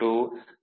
M